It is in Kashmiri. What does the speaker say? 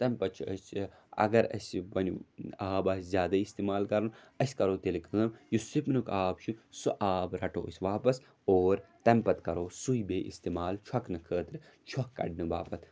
تَمہِ پَتہٕ چھِ أسۍ یہِ اَگَر اَسہِ یہِ بنہِ آب آسہِ زیادَے اِستعمال کَرُن أسۍ کَرو تیٚلہِ کٲم یُس سِپِنُک آب چھُ سُہ آب رَٹو أسۍ واپَس اور تَمہِ پَتہٕ کَرو سُے بیٚیہِ اِستعمال چھۄکنہٕ خٲطرٕ چھۄکھ کَڑنہٕ باپَتھ